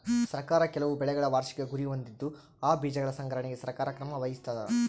ಸರ್ಕಾರ ಕೆಲವು ಬೆಳೆಗಳ ವಾರ್ಷಿಕ ಗುರಿ ಹೊಂದಿದ್ದು ಆ ಬೀಜಗಳ ಸಂಗ್ರಹಣೆಗೆ ಸರ್ಕಾರ ಕ್ರಮ ವಹಿಸ್ತಾದ